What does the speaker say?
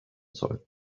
soil